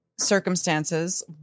circumstances